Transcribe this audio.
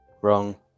wrong